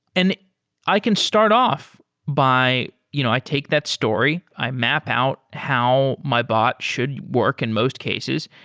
and i can start off by you know i take that story. i map out how my bot should work, in most cases,